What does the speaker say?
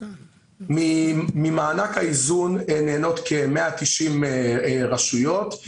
ממענק האיזון נהנות כ-190 רשויות.